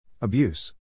Abuse